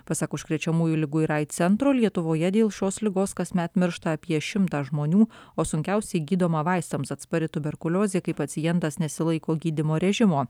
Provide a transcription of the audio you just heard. pasak užkrečiamųjų ligų ir aids centro lietuvoje dėl šios ligos kasmet miršta apie šimtą žmonių o sunkiausiai gydoma vaistams atspari tuberkuliozė kai pacientas nesilaiko gydymo režimo